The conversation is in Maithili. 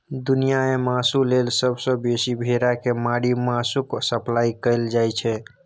दुनियाँ मे मासु लेल सबसँ बेसी भेड़ा केँ मारि मासुक सप्लाई कएल जाइ छै